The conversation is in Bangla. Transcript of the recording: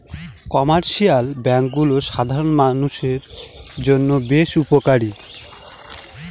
কমার্শিয়াল ব্যাঙ্কগুলো সাধারণ মানষের জন্য বেশ উপকারী